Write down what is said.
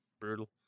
Brutal